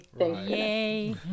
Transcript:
Yay